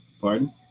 Pardon